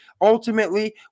ultimately